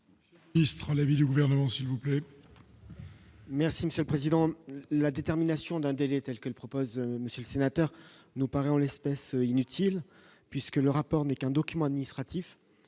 défavorable. Istres à la vie du gouvernement s'il vous plaît. Merci Monsieur le Président, la détermination d'intégrer, telle qu'elle propose, monsieur le sénateur, nous paraît en l'espèce inutile puisque le rapport n'est qu'un document administratif